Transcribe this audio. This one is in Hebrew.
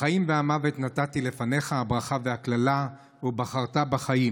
"החיים והמות נתתי לפניך הברכה והקללה ובחרת בחיים"